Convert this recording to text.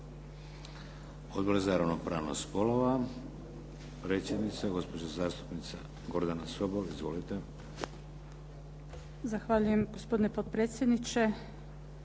Odbor za ravnopravnost spolova. Predsjednica, gospođa zastupnica, Gordana Sobol. Izvolite. **Sobol, Gordana (SDP)** Zahvaljujem, gospodine potpredsjedniče.